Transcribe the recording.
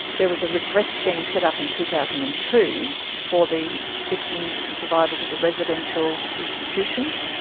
there was a redress scheme set up in two thousand and two for the victims and survivors of the residential institutions